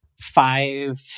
five